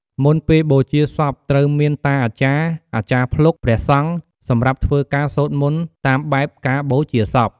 មុនពេលបូជាសពត្រូវមានតាអាចារ្យ អាចារ្យភ្លុក ព្រះសង្ឃ សម្រាប់ធ្វើការ សូត្រមន្តតាមបែបការបូជាសព។